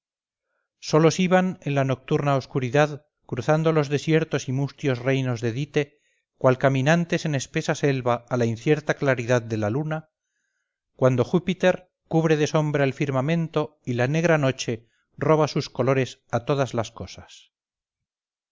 tinieblas solos iban en la nocturna oscuridad cruzando los desiertos y mustios reinos de dite cual caminantes en espesa selva a la incierta claridad de la luna cuando júpiter cubre de sombra el firmamento y la negra noche roba sus colores a todas las cosas